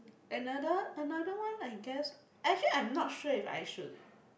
another another one I guess actually I'm not sure if I should